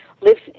lives